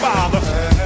Father